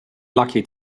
lucky